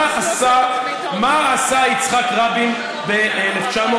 מה עשה יצחק רבין ב-1993?